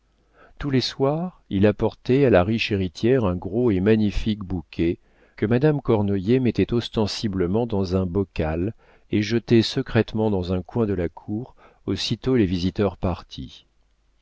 tous les soirs il apportait à la riche héritière un gros et magnifique bouquet que madame cornoiller mettait ostensiblement dans un bocal et jetait secrètement dans un coin de la cour aussitôt les visiteurs partis